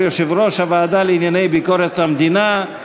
יושב-ראש הוועדה לענייני ביקורת המדינה,